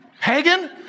pagan